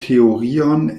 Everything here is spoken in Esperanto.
teorion